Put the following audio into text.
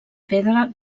pedra